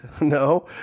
No